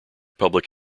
public